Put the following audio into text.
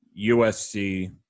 USC